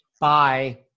Bye